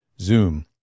zoom